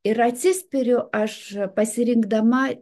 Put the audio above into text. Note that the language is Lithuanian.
ir atsispiriu aš pasirinkdama